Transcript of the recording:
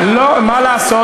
מה לעשות,